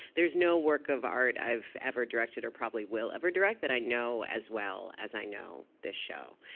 there's no work of art i've ever directed or probably will ever direct that i know as well as i know this show.